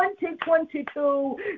2022